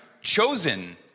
Chosen